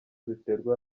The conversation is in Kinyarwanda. ziterwa